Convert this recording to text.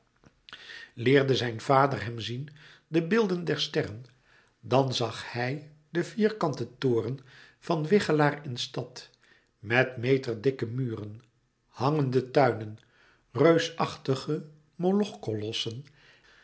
leerde zijn vader hem zien de beelden der sterren dan zag hij den vierkanten toren van wichelaar in stad met meterdikke muren hangende tuinen reusachtige